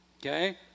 Okay